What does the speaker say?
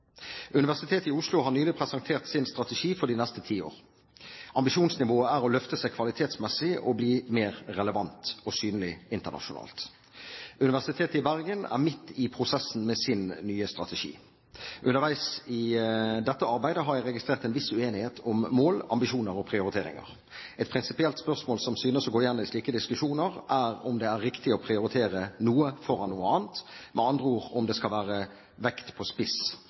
Universitetet i Oslo har nylig presentert sin strategi for de neste ti år. Ambisjonsnivået er å løfte seg kvalitetsmessig og bli mer relevant og synlig internasjonalt. Universitetet i Bergen er midt i prosessen med sin nye strategi. Underveis i dette arbeidet har jeg registrert en viss uenighet om mål, ambisjoner og prioriteringer. Et prinsipielt spørsmål som synes å gå igjen i slike diskusjoner, er om det er riktig å prioritere noe foran noe annet, med andre ord om det skal være vekt på spiss